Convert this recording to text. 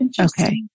Okay